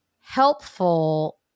helpful